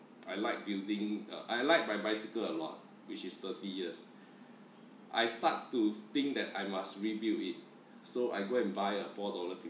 I like building uh I like my bicycle a lot which is thirty years I start to think that I must rebuild it so I go and buy a four dollar